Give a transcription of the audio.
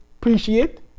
appreciate